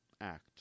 Act